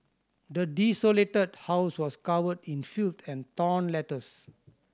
the desolated house was covered in filth and torn letters